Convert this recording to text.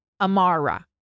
Amara